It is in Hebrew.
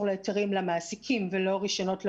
להיתרים למעסיקים ולא רישיונות לעובדים,